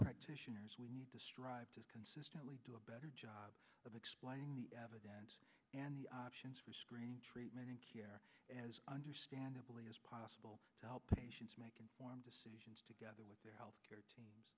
practitioners we need to strive to consistently do a better job of explaining the evidence and the options for screening treatment here as understandably as possible to help patients make informed decisions together with their health care teams